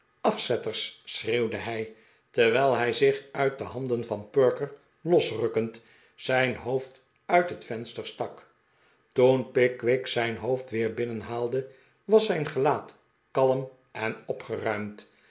afzetters schreeuwde hij terwijl hij zich uit de handen van perker losrukkend zijn hoofd uit het venster stak toen pickwick zijn hoofd weer binnenhaalde was zijn gelaat kalm en opgeruimd